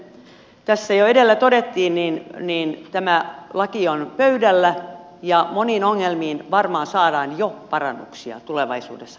kuten tässä jo edellä todettiin tämä laki on pöydällä ja moniin ongelmiin varmaan saadaan parannuksia jo lähitulevaisuudessa